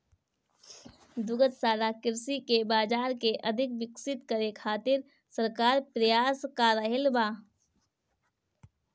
दुग्धशाला कृषि के बाजार के अधिक विकसित करे खातिर सरकार प्रयास क रहल बा